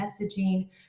messaging